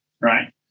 right